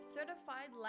Certified